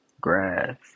grass